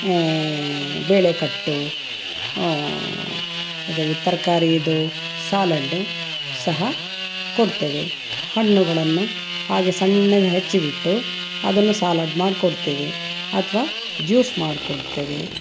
ಬೇಳೆ ಕಟ್ಟು ಅದೇ ತರಕಾರಿ ಇದು ಸಾಲಡ್ಡು ಸಹ ಕೊಡ್ತೇವೆ ಹಣ್ಣುಗಳನ್ನು ಹಾಗೇ ಸಣ್ಣಗೆ ಹೆಚ್ಚಿ ಬಿಟ್ಟು ಅದನ್ನು ಸಾಲಡ್ ಮಾಡಿ ಕೊಡ್ತೇವೆ ಅಥವಾ ಜ್ಯೂಸ್ ಮಾಡಿ ಕೊಡ್ತೇವೆ